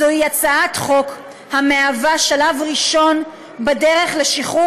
זוהי הצעת חוק המהווה שלב ראשון בדרך לשחרור